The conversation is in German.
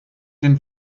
den